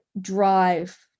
drive